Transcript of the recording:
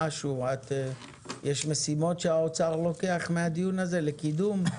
יש משימות שהאוצר לוקח מהדיון הזה לקידום?